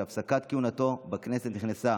שהפסקת כהונתו בכנסת נכנסה